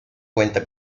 cuenta